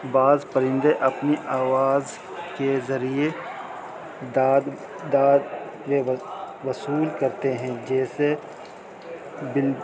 بعض پرندے اپنی آواز کے ذریعے داد داد پ وصول کرتے ہیں جیسے ب